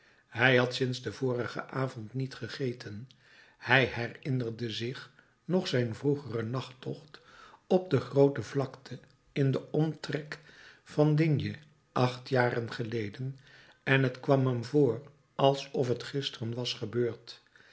hij had sinds den vorigen avond niet gegeten hij herinnerde zich nog zijn vroegeren nachttocht op de groote vlakte in den omtrek van d acht jaren geleden en t kwam hem voor alsof t gisteren was gebeurd